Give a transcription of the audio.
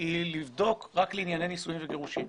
היא לבדוק רק לענייני נישואים וגירושים,